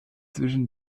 zwischen